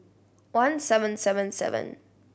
one seven seven seven